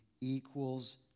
equals